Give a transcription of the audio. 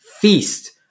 feast